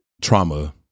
trauma